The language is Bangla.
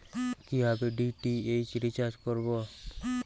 কিভাবে ডি.টি.এইচ রিচার্জ করব?